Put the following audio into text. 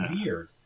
weird